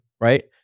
right